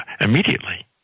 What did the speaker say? immediately